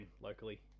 locally